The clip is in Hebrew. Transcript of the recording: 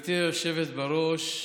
גברתי היושבת-ראש,